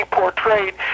portrayed